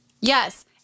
Yes